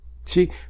See